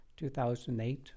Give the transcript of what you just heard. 2008